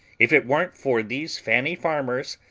if it weren't for these fanny farmers,